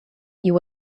you